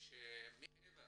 שמעבר